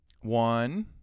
One